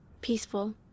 peaceful